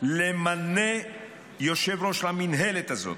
למנות יושב-ראש למינהלת הזאת,